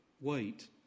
wait